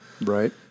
Right